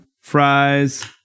fries